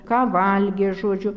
ką valgė žodžiu